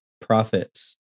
profits